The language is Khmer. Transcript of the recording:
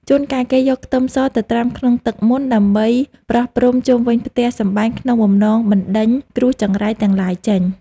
ជួនកាលគេយកខ្ទឹមសទៅត្រាំក្នុងទឹកមន្តដើម្បីប្រោះព្រំជុំវិញផ្ទះសម្បែងក្នុងបំណងបណ្តេញគ្រោះចង្រៃទាំងឡាយចេញ។